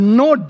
no